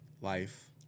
life